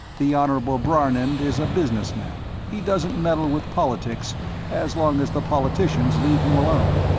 the honorable brarnend is a business man he doesn't meddle with politics as long as the politicians leave him alone.